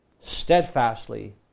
steadfastly